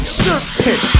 serpent